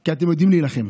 כי אתם יודעים להילחם.